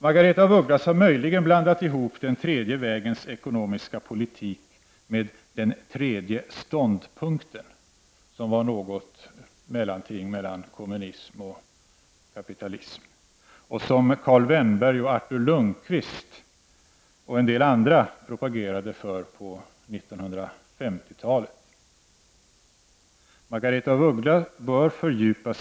Möjligen har Margaretha af Ugglas blandat ihop den tredje vägens ekonomiska politik med den tredje ståndpunkten, som var ett mellanting mellan kapitalismen och kommunism och som bl.a. Karl Vennberg och Artur Lundkvist på 1950-talet propagerade för.